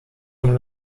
dem